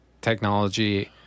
technology